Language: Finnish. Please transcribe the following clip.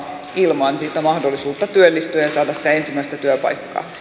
ilman sitä mahdollisuutta työllistyä ja saada sitä ensimmäistä